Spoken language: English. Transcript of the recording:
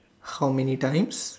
how many times